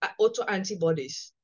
autoantibodies